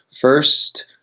first